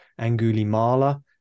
angulimala